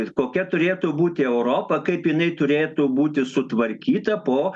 ir kokia turėtų būti europa kaip jinai turėtų būti sutvarkyta po